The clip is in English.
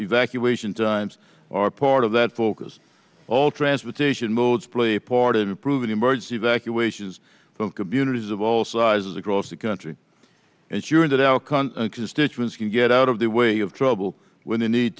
evacuation times are part of that focus all transportation modes play a part of improving emergency evacuations for communities of all sizes across the country and sure that our country statements can get out of the way of trouble when they need